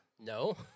No